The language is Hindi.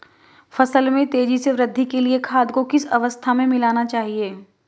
फसल में तेज़ी से वृद्धि के लिए खाद को किस अवस्था में मिलाना चाहिए?